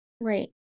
right